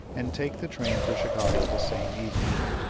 and take the train for chicago the same evening,